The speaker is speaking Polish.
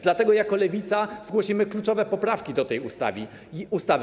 Dlatego jako Lewica zgłosimy kluczowe poprawki do tej ustawy.